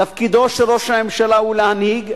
תפקידו של ראש הממשלה הוא להנהיג,